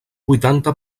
vuitanta